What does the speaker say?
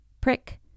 Prick